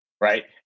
right